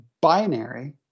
binary